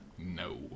no